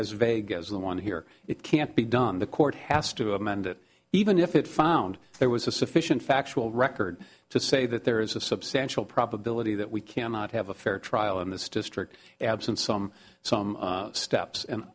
as vague as the one here it can't be done the court has to amend it even if it found there was a sufficient factual record to say that there is a substantial probability that we cannot have a fair trial in this district absent some some steps and